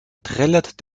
trällert